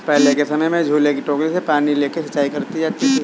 पहले के समय में झूले की टोकरी से पानी लेके सिंचाई करी जाती थी